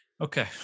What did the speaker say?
Okay